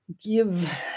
give